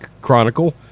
Chronicle